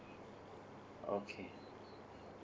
okay